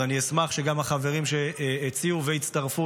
אז אני אשמח שגם החברים שהציעו והצטרפו